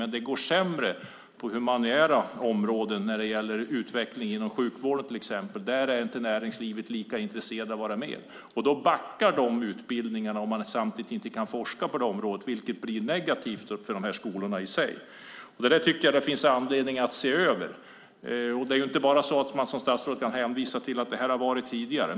Men det går sämre när det gäller humaniora och utveckling inom sjukvården till exempel. Där är inte näringslivet lika intresserat av att vara med. De utbildningarna backar om man inte kan forska på det området. Det blir negativt för de skolorna. Det finns anledning att se över det. Man kan inte som statsråd bara hänvisa till att så har det varit tidigare.